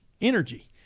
energy